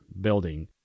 building